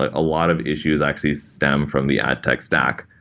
a lot of issues actually stem from the ad tech stack,